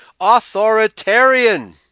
authoritarian